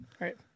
right